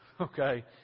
okay